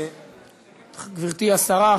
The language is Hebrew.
גברתי השרה,